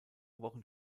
wochen